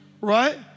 right